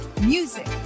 music